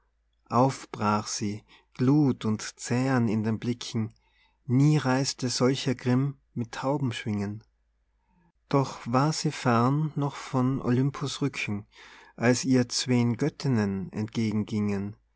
auf brach sie glut und zähren in den blicken nie reiste solcher grimm mit taubenschwingen doch war sie fern noch von olympus rücken als ihr zween göttinnen entgegen gingen